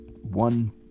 one